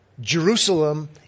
Jerusalem